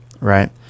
right